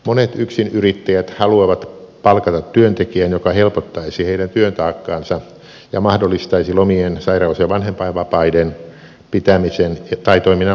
monet yksinyrittäjät haluavat palkata työntekijän joka helpottaisi heidän työtaakkaansa ja mahdollistaisi lomien sairaus ja vanhempainvapaiden pitämisen tai toiminnan laajentamisen